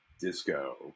Disco